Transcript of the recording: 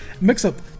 mix-up